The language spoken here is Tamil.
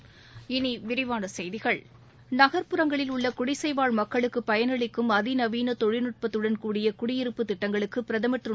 இனி விரிவான செய்திகள் நகர்ப்புறங்களில்உள்ள குடிசைவாழ் மக்களுக்கு பயன் அளிக்கும் அதிநவீன தொழில்நட்பத்தடன் கூடிய குடியிருப்பு திட்டங்களுக்கு பிரதமர் திரு